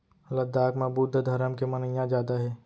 लद्दाख म बुद्ध धरम के मनइया जादा हे